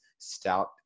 stout